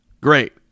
Great